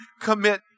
commit